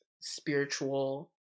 spiritual